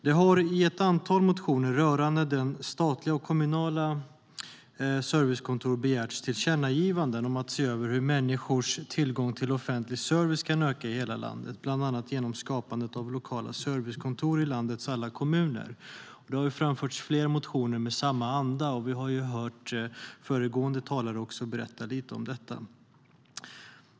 Det har i ett antal motioner rörande statliga och kommunala servicekontor begärts tillkännagivanden om att man ska se över hur människors tillgång till offentlig service kan öka i hela landet, bland annat genom skapandet av lokala servicekontor i landets alla kommuner. Det har lämnats in flera motioner i samma anda, och vi har hört föregående talare berätta lite om detta.